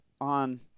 on